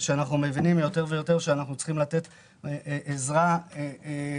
שאנחנו מבינים יותר ויותר שאנחנו צריכים לתת גם עזרה חברתית